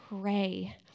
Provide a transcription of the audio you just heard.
pray